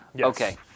Okay